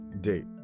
Date